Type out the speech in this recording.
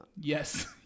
Yes